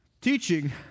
teaching